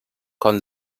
com